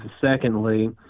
Secondly